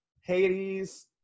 Hades